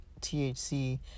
THC